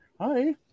hi